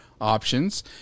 Options